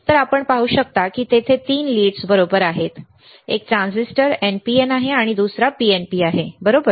तर आपण पाहू शकता की तेथे तीन लीड्स बरोबर आहेत एक ट्रान्झिस्टर NPN आहे दुसरा PNP आहे बरोबर